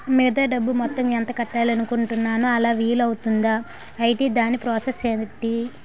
మిగతా డబ్బు మొత్తం ఎంత కట్టాలి అనుకుంటున్నాను అలా వీలు అవ్తుంధా? ఐటీ దాని ప్రాసెస్ ఎంటి?